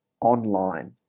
online